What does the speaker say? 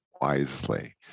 wisely